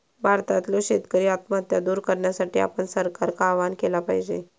भारतातल्यो शेतकरी आत्महत्या दूर करण्यासाठी आपण सरकारका आवाहन केला पाहिजे